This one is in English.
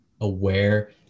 aware